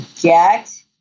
get